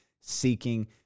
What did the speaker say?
seeking